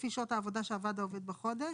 לפי שעת העבודה שעבר העובד בחודש.